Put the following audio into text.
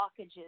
blockages